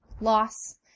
loss